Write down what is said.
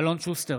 אלון שוסטר,